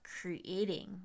creating